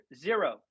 zero